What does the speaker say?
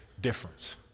difference